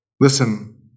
Listen